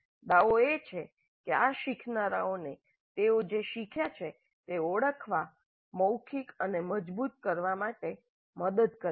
દાવો એ છે કે આ શીખનારાઓને તેઓ જે શીખ્યા છે તે ઓળખવા મૌખિક અને મજબૂત કરવા માટે મદદ કરે છે